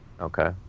Okay